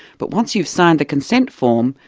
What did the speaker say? but once you've signed the consent form,